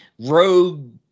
rogue